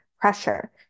pressure